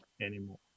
anymore